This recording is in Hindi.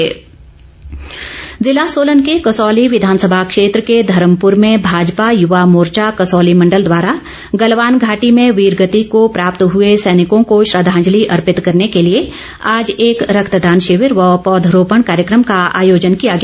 रक्तदान शिविर ज़िला सोलन के कसौली विधानसभा क्षेत्र के धर्मपुर में भाजपा युवा मोर्चा कसौली मंडल द्वारा गलवान घाटी में वीरगति को प्राप्त हुए सैनिकों को श्रद्धांजलि अर्पित करने के लिए आज एक रक्तदान शिविर व पौधा रोपण कार्यक्रम का आयोजन किया गया